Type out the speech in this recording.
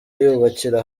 yubakira